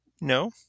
No